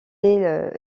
est